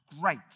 Great